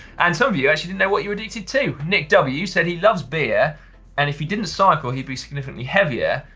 and some of you actually didn't know what you were addicted to. nick w said he loves beer and if he didn't cycle he'd be significantly heavier,